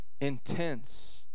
intense